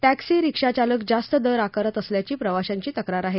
taxi रीक्षाचालक जास्त दर आकारत असल्याची प्रवाशांची तक्रार आहे